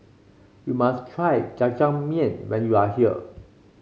you must try Jajangmyeon when you are here